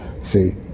See